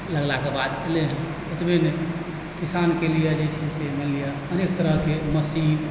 लगलाके बाद एलै हँ ओतबे नहि किसानके लेल जे छै से मानि लिअ अनेक तरहके मशीन